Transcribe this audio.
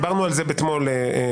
דיברנו על זה אתמול באריכות.